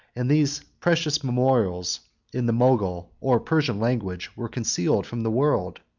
and these precious memorials in the mogul or persian language were concealed from the world,